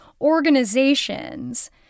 organizations